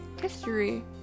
history